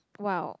!wow!